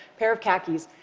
pair of khakis.